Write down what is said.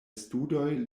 studoj